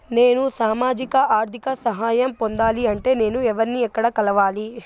నేను సామాజిక ఆర్థిక సహాయం పొందాలి అంటే నేను ఎవర్ని ఎక్కడ కలవాలి?